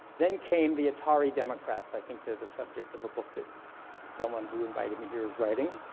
then came the atari democrats, i think they're the subject of a book that someone who invited me here is writing,